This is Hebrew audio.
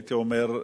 הייתי אומר,